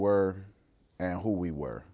were and who we were